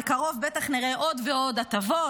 בקרוב בטח נראה עוד ועוד הטבות,